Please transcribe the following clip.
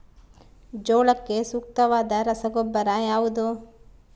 ಜೋಳಕ್ಕೆ ಸೂಕ್ತವಾದ ರಸಗೊಬ್ಬರ ಯಾವುದು?